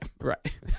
Right